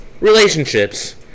relationships